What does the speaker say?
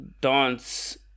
dance